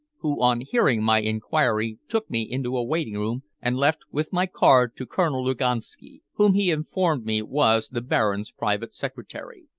who, on hearing my inquiry took me into a waiting-room, and left with my card to colonel luganski, whom he informed me was the baron's private secretary.